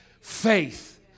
faith